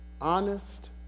honest